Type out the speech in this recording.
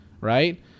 right